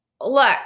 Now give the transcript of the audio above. Look